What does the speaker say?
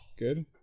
good